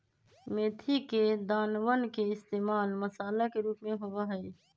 मेथी के दानवन के इश्तेमाल मसाला के रूप में होबा हई